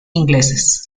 inglesas